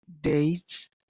dates